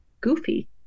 goofy